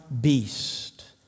beast